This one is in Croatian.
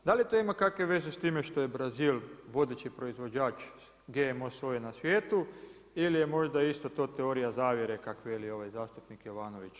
Da li to ima kakve veze sa time što je Brazil vodeći proizvođač GMO soje na svijetu ili je možda isto to teorija zavjere kak' veli ovaj zastupnik Jovanović?